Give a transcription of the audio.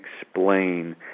explain